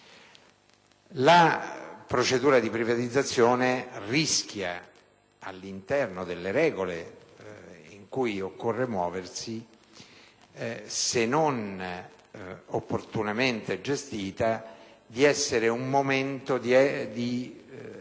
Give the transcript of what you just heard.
La procedura di privatizzazione rischia, all'interno delle regole in cui occorre muoversi e se non opportunamente gestita, di creare un momento di difficoltà